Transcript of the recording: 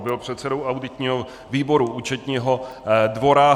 Byl předsedou auditního výboru Účetního dvora.